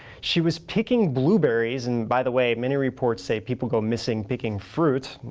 she was picking blueberries, and by the way many reports say people go missing picking fruit,